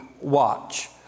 watch